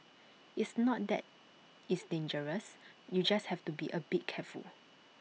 it's not that it's dangerous you just have to be A bit careful